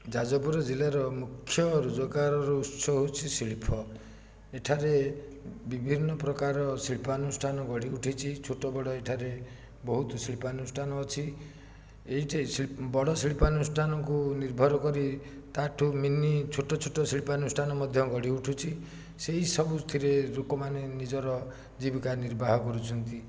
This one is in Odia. ଯାଜପୁର ଜିଲ୍ଲାର ମୁଖ୍ୟ ରୋଜଗାରର ଉତ୍ସ ହେଉଛି ଶିଳ୍ପ ଏଠାରେ ବିଭିନ୍ନପ୍ରକାର ଶିଳ୍ପାନୁଷ୍ଠାନ ଗଢ଼ି ଉଠିଛି ଛୋଟ ବଡ଼ ଏଠାରେ ବହୁତ ଶିଳ୍ପାନୁଷ୍ଠାନ ଅଛି ଏଇଠି ଶିଳ୍ପ ବଡ଼ ଶିଳ୍ପାନୁଷ୍ଠାନକୁ ନିର୍ଭରକରି ତାଠୁ ମିନି ଛୋଟ ଛୋଟ ଶିଳ୍ପାନୁଷ୍ଠାନ ମଧ୍ୟ ଗଢ଼ି ଉଠୁଛି ସେଇ ସବୁଥିରେ ଲୋକମାନେ ନିଜର ଜୀବିକା ନିର୍ବାହ କରୁଛନ୍ତି